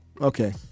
okay